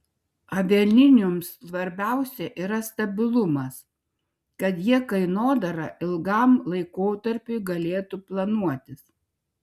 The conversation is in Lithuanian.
avialinijoms svarbiausia yra stabilumas kad jie kainodarą ilgam laikotarpiui galėtų planuotis